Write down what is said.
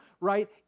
right